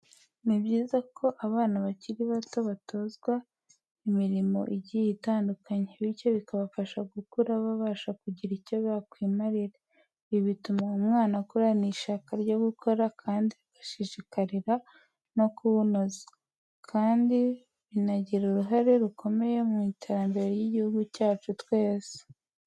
Ni byiza ko abana bakiri bato batozwa imirimo igiye itandukanye, bityo bikabafasha gukura babasha kugira icyo bakwimarira. Ibi bituma umwana akurana ishyaka ryo gukora kandi agashishikarira no kuwunoza. Kandi binagira uruhare rukomeye mu iterambere ry'igihugu cyacu twese.